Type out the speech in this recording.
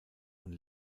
und